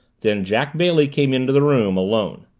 then jack bailey came into the room alone.